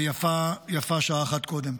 ויפה שעה אחת קודם.